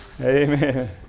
Amen